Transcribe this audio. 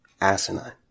asinine